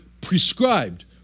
prescribed